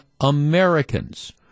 Americans